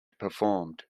performed